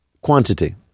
Quantity